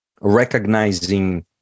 recognizing